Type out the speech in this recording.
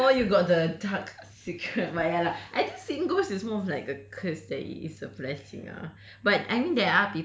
ya lor who know you got the dark secret but ya lah I think seeing ghosts is more of like a curse than it is a blessing ah